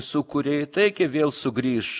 sūkuriai taigi vėl sugrįš